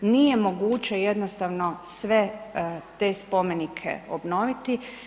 Nije moguće jednostavno sve te spomenike obnoviti.